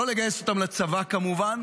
לא לגייס אותם לצבא, כמובן.